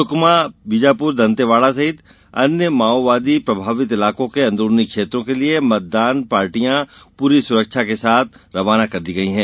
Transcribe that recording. सुकमा बीजापुर दंतेवाड़ा सहित अन्य माओवादी प्रभावित इलाकों के अंदरूनी क्षेत्रों के लिए मतदान पार्टियों पूरी सुरक्षा के साथ रवाना कर दी गई है